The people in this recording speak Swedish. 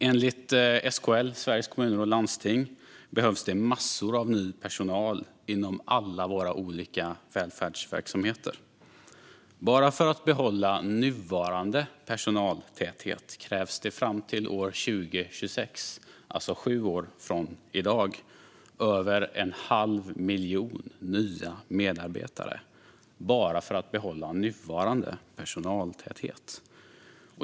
Enligt SKL, Sveriges Kommuner och Landsting, behövs det massor av ny personal inom alla våra olika välfärdsverksamheter. Bara för att behålla nuvarande personaltäthet krävs det fram till år 2026, alltså sju år från i dag, över en halv miljon nya medarbetare. Det krävs bara för att behålla nuvarande personaltäthet.